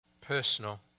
personal